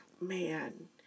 Man